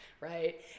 right